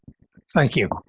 thank you.